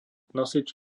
nosič